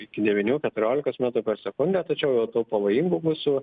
iki devynių keturiolikos metrų per sekundę tačiau jau tų pavojingų gūsių